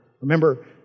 Remember